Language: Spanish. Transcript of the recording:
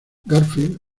garfield